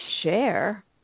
share